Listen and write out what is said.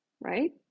right